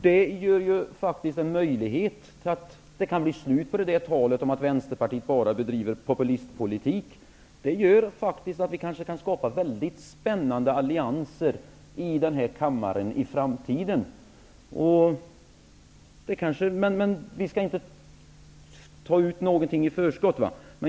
Detta kan faktiskt innebära en möjlighet att vi får slut på talet om att Vänsterpartiet bara bedriver populistpolitik. Det gör att vi i framtiden kanske kan skapa väldigt spännande allianser i denna kammaren. Men vi skall inte ta ut något i förskott.